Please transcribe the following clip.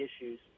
issues